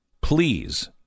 Please